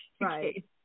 Right